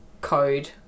code